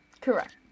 Correct